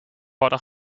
worden